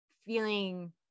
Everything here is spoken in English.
feeling